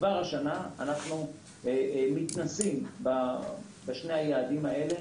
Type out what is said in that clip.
כבר השנה אנחנו מתנסים בשני היעדים האלה